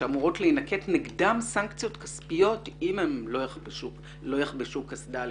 נגדם אמורות להתקיים סנקציות כספיות אם הם לא יחבשו קסדה למשל.